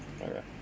Okay